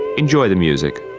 enjoy the music.